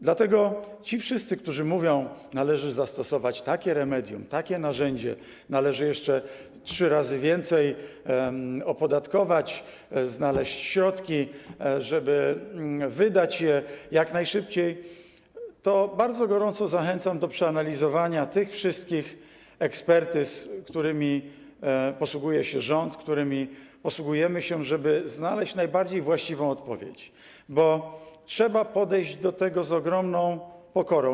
Dlatego tych wszystkich, którzy mówią: należy zastosować takie remedium, takie narzędzie, należy jeszcze trzy razy więcej opodatkować, znaleźć środki, żeby wydać je jak najszybciej, bardzo gorąco zachęcam do przeanalizowania tych wszystkich ekspertyz, którymi posługuje się rząd, którymi posługujemy się, żeby znaleźć najbardziej właściwą odpowiedź, bo trzeba podejść do tego z ogromną pokorą.